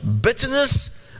bitterness